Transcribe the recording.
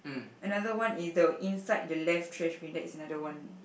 another one is the inside the left trash bin that is another one